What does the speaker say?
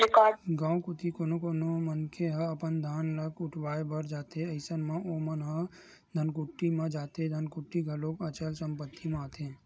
गाँव कोती कोनो मनखे ह अपन धान ल कुटावय बर जाथे अइसन म ओमन ह धनकुट्टीच म जाथे धनकुट्टी घलोक अचल संपत्ति म आथे